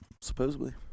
supposedly